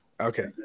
Okay